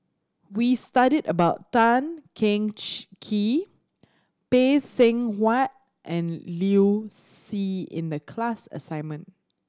we studied about Tan Cheng Kee Phay Seng Whatt and Liu Si in the class assignment